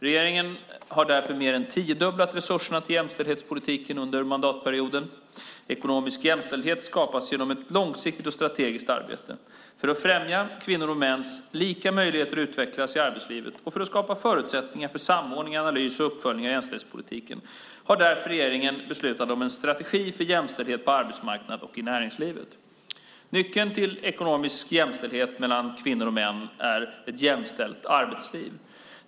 Regeringen har därför mer än tiodubblat resurserna till jämställdhetspolitiken under mandatperioden. Ekonomisk jämställdhet skapas genom ett långsiktigt och strategiskt arbete. För att främja kvinnors och mäns lika möjligheter att utvecklas i arbetslivet och för att skapa förutsättningar för samordning, analys och uppföljning av jämställdhetspolitiken, har därför regeringen beslutat om en strategi för jämställdhet på arbetsmarknaden och i näringslivet. Nyckeln till ekonomisk jämställdhet mellan kvinnor och män är ett jämställt arbetsliv.